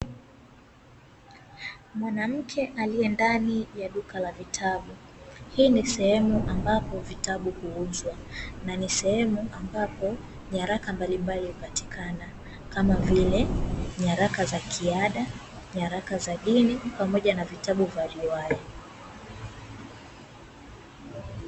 Mwanamke aliye ndani ya duka la vitabu. Hii ni sehemu ambapo vitabu huuzwa, na ni sehemu ambapo nyaraka mbalimbali hupatikana, kama vile nyaraka za kiada, nyaraka za dini pamoja na vitabu vya riwaya.